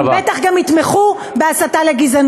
הם בטח גם יתמכו בהצעת חוק נגד הסתה לגזענות.